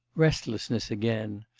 restlessness again.